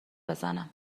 بزنم